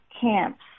Camps